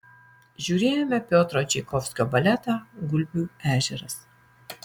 žiūrėjome piotro čaikovskio baletą gulbių ežeras